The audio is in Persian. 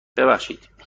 ببخشید